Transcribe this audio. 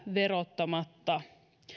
verottamatta